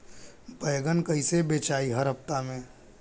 बैगन कईसे बेचाई हर हफ्ता में?